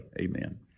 Amen